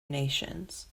nations